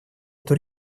эту